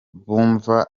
bumva